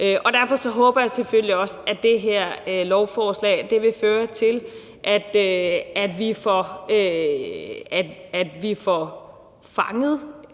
derfor håber jeg selvfølgelig også, at det her lovforslag vil føre til, at vi får fanget,